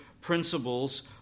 principles